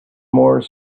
more